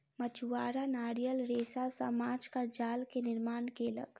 मछुआरा नारियल रेशा सॅ माँछक जाल के निर्माण केलक